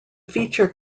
feature